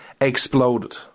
exploded